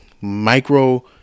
Micro